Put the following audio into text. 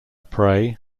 prey